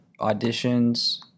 auditions